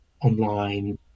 online